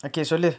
ah